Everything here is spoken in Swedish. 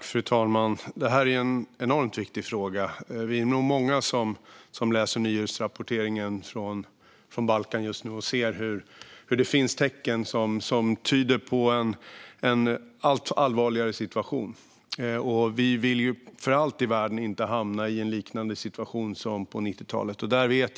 Fru talman! Detta är en enormt viktig fråga. Vi är nog många som läser nyhetsrapporteringen från Balkan just nu och ser tecken som tyder på en allt allvarligare situation. Vi vill för allt i världen inte hamna i en liknande situation som vi befann oss i på 90-talet.